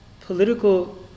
political